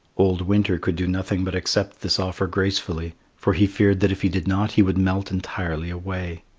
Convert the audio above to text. old winter could do nothing but accept this offer gracefully, for he feared that if he did not he would melt entirely away.